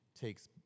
takes